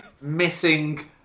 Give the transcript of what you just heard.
missing